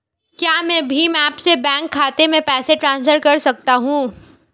क्या मैं भीम ऐप से बैंक खाते में पैसे ट्रांसफर कर सकता हूँ?